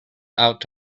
out